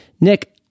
nick